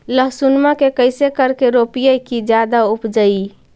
लहसूनमा के कैसे करके रोपीय की जादा उपजई?